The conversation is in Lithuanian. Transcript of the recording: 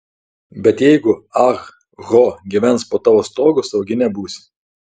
bet jeigu ah ho gyvens po tavo stogu saugi nebūsi